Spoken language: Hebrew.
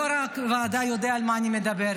יו"ר הוועדה יודע על מה אני מדברת.